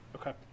Okay